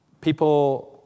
people